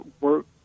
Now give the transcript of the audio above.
work